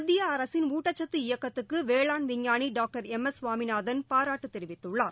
மத்திய அரசின் ஊட்டச்சத்து இயக்கத்துக்கு வேளாண் விஞ்ஞானி டாக்டர் எம் எஸ் கவாமிநாதன் பாராட்டு தெரிவித்துள்ளார்